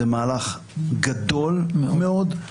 זה מהלך גדול מאוד,